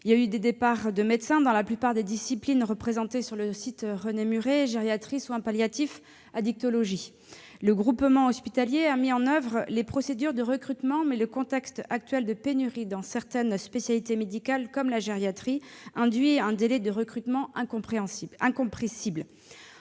Il y a eu des départs de médecins dans la plupart des disciplines représentées sur le site- gériatrie, soins palliatifs, addictologie. Le groupement hospitalier a mis en oeuvre les procédures de recrutement, mais le contexte actuel de pénurie dans certaines spécialités médicales, comme la gériatrie, induit un délai de recrutement incompressible.